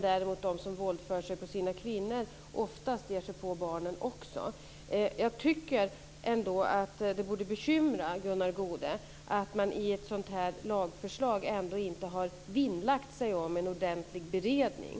De som våldför sig på sina kvinnor ger sig däremot oftast på barnen också. Jag tycker ändå att det borde bekymra Gunnar Goude att man i ett sådant här lagförslag inte har vinnlagt sig om en ordentlig beredning.